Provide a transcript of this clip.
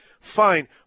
fine